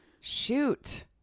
Shoot